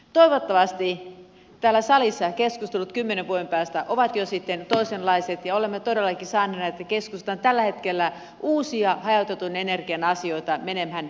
toivottavasti täällä salissa keskustelut kymmenen vuoden päästä ovat jo sitten toisenlaiset ja olemme todellakin saaneet näitä keskustan tällä hetkellä uusia hajautetun energian asioita menemään eteenpäin